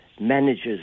manages